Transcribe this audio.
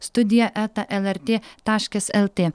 studija eta lrt taškas lt